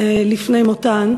לפני מותן,